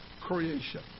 creation